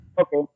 Okay